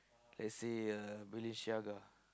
lets say uh Balenciaga